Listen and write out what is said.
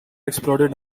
exploded